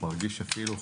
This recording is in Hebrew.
מרגיש אפילו חלק,